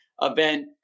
Event